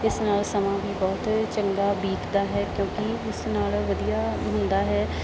ਇਸ ਨਾਲ ਸਮਾਂ ਵੀ ਬਹੁਤ ਚੰਗਾ ਬੀਤਦਾ ਹੈ ਕਿਉਂਕਿ ਇਸ ਨਾਲ ਵਧੀਆ ਹੁੰਦਾ ਹੈ